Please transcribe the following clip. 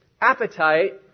appetite